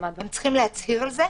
הם צריכים להצהיר על זה,